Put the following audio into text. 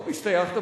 טוב, השתייכת.